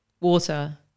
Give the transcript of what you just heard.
water